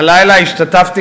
האירועים האחרונים